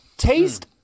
Taste